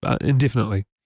indefinitely